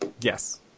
Yes